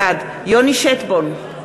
בעד יוני שטבון,